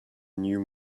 new